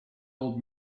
old